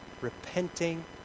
repenting